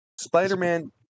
spider-man